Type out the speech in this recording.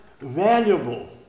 valuable